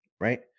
right